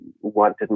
wanted